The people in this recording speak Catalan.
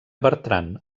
bertran